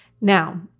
Now